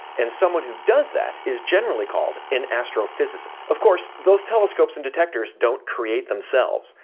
and someone who does that is generally called an astrophysicist. of course, those telescopes and detectors don't create themselves.